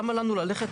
למה לנו ללכת